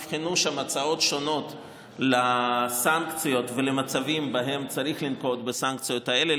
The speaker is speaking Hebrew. הצעות שונות לסנקציות ולמצבים שבהם צריך לנקוט את הסנקציות האלה.